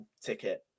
ticket